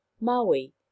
Maui